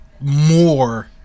more